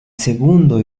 segundo